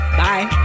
bye